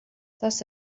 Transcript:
tas